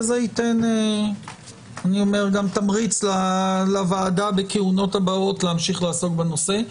אני אומר שזה גם ייתן תמריץ לוועדה בכהונות הבאות להמשיך לעסוק בנושא.